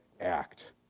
act